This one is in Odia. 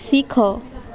ଶିଖ